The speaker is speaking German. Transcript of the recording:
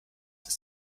ist